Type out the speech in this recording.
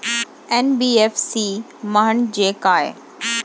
NBFC म्हणजे काय?